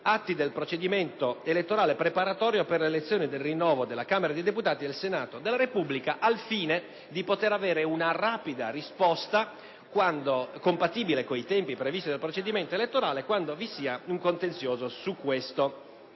atti del procedimento elettorale preparatorio per le elezioni per il rinnovo della Camera dei deputati e del Senato della Repubblica, al fine di poter avere una rapida risposta, compatibile con i tempi previsti dal procedimento elettorale, quando vi sia un contenzioso su questo